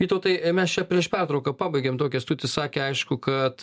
vytautai mes čia prieš pertrauką pabaigėm tuo kęstutis sakė aišku kad